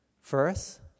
first